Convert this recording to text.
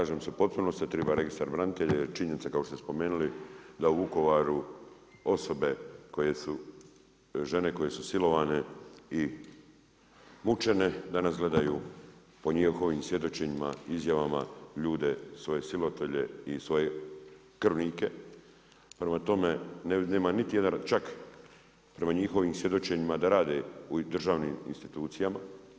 Slažem se u potpunosti da treba registar branitelja, jer je činjenica, kao što ste spomenuli, da u Vukovaru, osobe koje su, žene koje su silovane i mučene, danas gledaju po njihovim svjedočenjima, izjavama, ljude svoje silovatelje i svoje krvnike, prema tome nema niti jedan, čak prema njihovim svjedočenjima da rade u državnim institucijama.